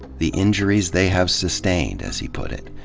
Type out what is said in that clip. the injuries they have sustained, as he put it.